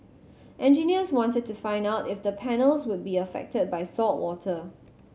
engineers wanted to find out if the panels would be affected by saltwater